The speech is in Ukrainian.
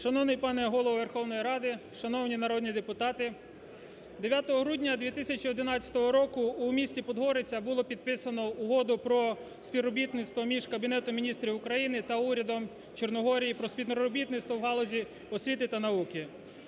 Шановний пане Голово Верховної Ради, шановні народні депутати! 9 грудня 2011 року у місті Подгориця було підписано угоду про співробітництво між Кабінетом Міністрів України та урядом Чорногорії про співробітництво у галузі освіти та науки.